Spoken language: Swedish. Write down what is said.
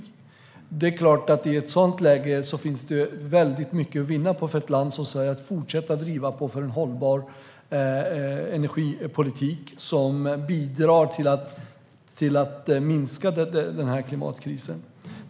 I ett sådant läge är det klart att det finns väldigt mycket att vinna för ett land som Sverige att fortsätta driva på för en hållbar energipolitik som bidrar till att minska denna klimatkris.